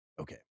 Okay